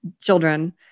children